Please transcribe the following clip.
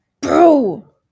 Bro